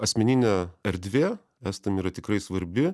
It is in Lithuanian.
asmeninė erdvė estam yra tikrai svarbi